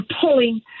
pulling